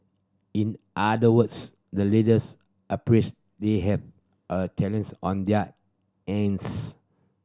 in other words the leaders appreciate they have a challenge on their ends